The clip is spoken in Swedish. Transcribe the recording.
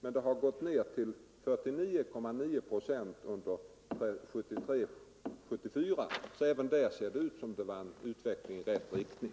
Den siffran hade 1973-1974 gått ned till 49,9 procent. Även där ser det alltså ut att vara en utveckling i rätt riktning.